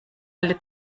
alle